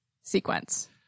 sequence